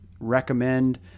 recommend